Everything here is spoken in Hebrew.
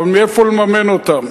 אבל מאיפה נממן אותן?